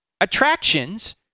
Attractions